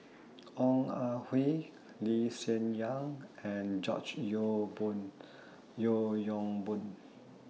Ong Ah Hoi Lee Hsien Yang and George Boon Yeo Yong Boon